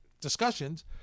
discussions